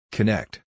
Connect